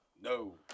No